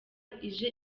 ije